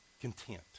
content